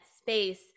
space